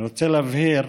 אני רוצה להבהיר